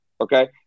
Okay